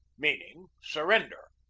meaning sur render,